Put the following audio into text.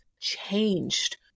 changed